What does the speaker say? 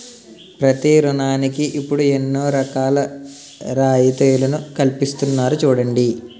ప్రతి ఋణానికి ఇప్పుడు ఎన్నో రకాల రాయితీలను కల్పిస్తున్నారు చూడండి